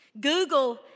Google